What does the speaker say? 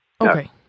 Okay